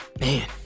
man